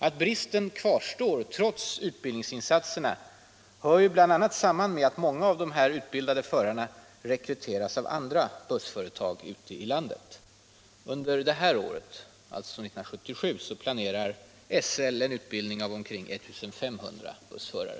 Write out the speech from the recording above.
Att bristen kvarstår trots utbildningsinsatserna hör bl.a. samman med att många av dessa utbildade förare rekryteras av andra bussföretag ute i landet. För år 1977 planerar SL för utbildning av omkring 1 500 bussförare.